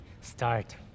start